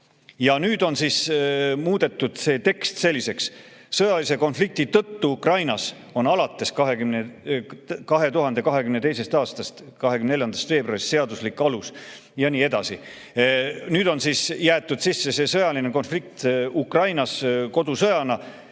Ja nüüd on muudetud see tekst selliseks: "Sõjalise konflikti tõttu Ukrainas on alates 2022. aasta 24. veebruarist seaduslik alus ..." ja nii edasi. Sisse on jäetud see sõjaline konflikt Ukrainas kodusõjana.